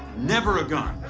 never a gun.